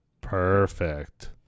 perfect